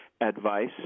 advice